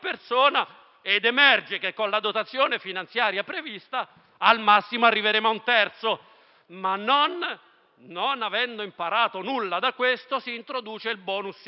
ed emerge che, con la dotazione finanziaria prevista, al massimo arriveremo a un terzo. Tuttavia, non avendo imparato nulla da questo, si introduce il *bonus* idrico,